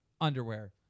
underwear